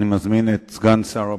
אני מזמין את סגן שר הביטחון,